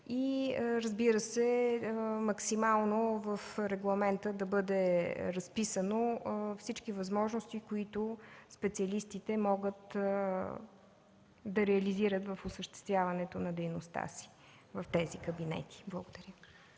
като максимално в регламента бъдат разписани всички възможности, които специалистите могат да реализират в осъществяването на дейността си в тези кабинети. Благодаря.